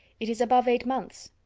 it is above eight months.